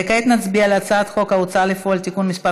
כעת נצביע על הצעת חוק ההוצאה לפועל (תיקון מס'